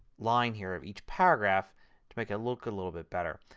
line here of each paragraph to make it look a little bit better.